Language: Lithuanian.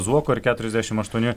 zuoko ir keturiasdešimt aštuoni